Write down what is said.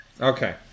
Okay